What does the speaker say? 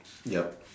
yup